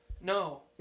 No